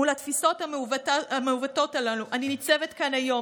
מול התפיסות המעוותות הללו אני ניצבת כאן היום,